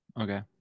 Okay